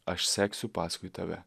aš seksiu paskui tave